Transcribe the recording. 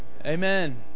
Amen